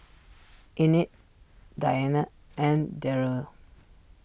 Enid Dianne and Daryn